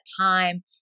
time